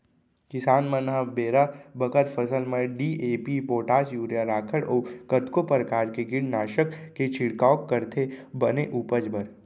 किसान मन ह बेरा बखत फसल म डी.ए.पी, पोटास, यूरिया, राखड़ अउ कतको परकार के कीटनासक के छिड़काव करथे बने उपज बर